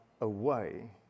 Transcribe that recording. away